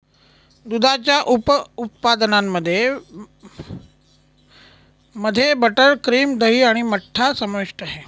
दुधाच्या उप उत्पादनांमध्ये मध्ये बटर, क्रीम, दही आणि मठ्ठा समाविष्ट आहे